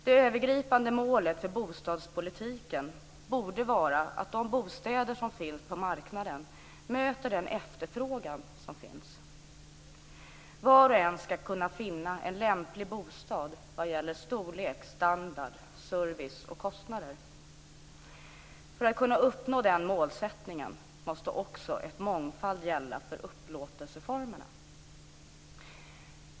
Det övergripande målet för bostadspolitiken borde vara att de bostäder som finns på marknaden möter den efterfrågan som finns. Var och en skall kunna finna en lämplig bostad vad gäller storlek, standard, service och kostnader. För att kunna uppnå den målsättningen måste också en mångfald gälla för upplåtelseformerna.